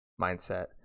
mindset